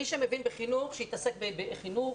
מי שמבין בחינוך - שיתעסק בחינוך,